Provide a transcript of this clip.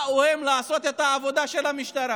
באו הם לעשות את העבודה של המשטרה.